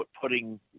putting